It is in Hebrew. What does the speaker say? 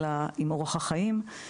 אלא עם אורח החיים.